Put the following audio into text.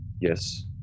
Yes